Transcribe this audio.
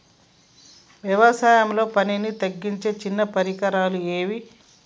వ్యవసాయంలో పనిని తగ్గించే చిన్న పరికరాలు ఏవి?